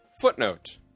Footnote